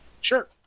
Sure